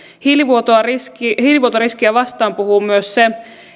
hiilivuotoriskiä hiilivuotoriskiä vastaan puhuu myös se